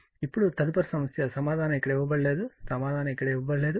కాబట్టి ఇప్పుడు తదుపరి సమస్య సమాధానం ఇక్కడ ఇవ్వబడలేదు సమాధానం ఇక్కడ ఇవ్వబడలేదు